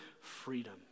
freedom